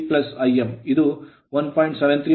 73 j36 Ampere ampere ಆಗಿರುತ್ತದೆ